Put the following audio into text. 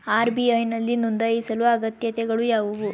RBI ನಲ್ಲಿ ನೊಂದಾಯಿಸಲು ಅಗತ್ಯತೆಗಳು ಯಾವುವು?